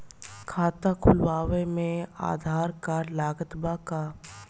खाता खुलावे म आधार कार्ड लागत बा का?